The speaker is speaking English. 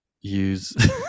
use